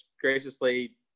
graciously